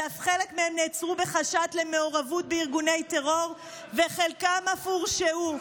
וחלק מהם נעצרו בחשד למעורבות בארגוני טרור וחלקם אף הורשעו.